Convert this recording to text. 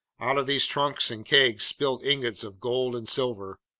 out of these trunks and kegs spilled ingots of gold and silver,